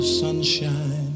sunshine